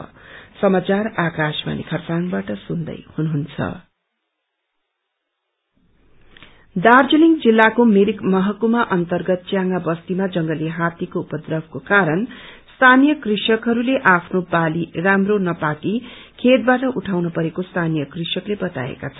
tusker Darjeeling जिल्लाको मिरिक महकुमा अन्तर्गत च्यांगा बस्तीमा जंग्ली हात्तीको उपद्रवको कारण स्थानीय कृषकहरूले आफ्नो बाली राम्रो नपाकी खेतबाट उठाउन परेको स्थानीय कृषकले बताएका छन्